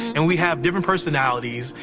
and we have different personalities,